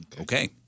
Okay